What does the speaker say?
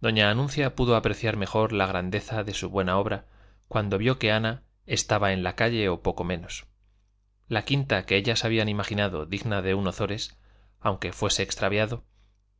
doña anuncia pudo apreciar mejor la grandeza de su buena obra cuando vio que ana estaba en la calle o poco menos la quinta que ellas habían imaginado digna de un ozores aunque fuese extraviado